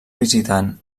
visitant